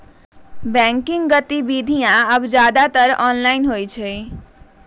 banking गतिविधियन अब ज्यादातर ऑनलाइन होबा हई